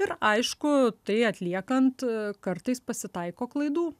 ir aišku tai atliekant kartais pasitaiko klaidų